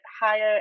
higher